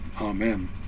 Amen